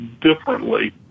differently